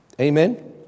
Amen